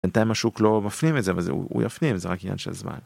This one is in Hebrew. בינתיים השוק לא מפנים את זה, הוא יפנים זה רק עניין של זמן.